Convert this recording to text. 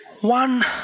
one